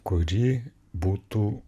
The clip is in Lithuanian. kuri būtų